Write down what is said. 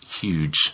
huge